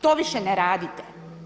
To više ne radite.